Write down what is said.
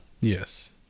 Yes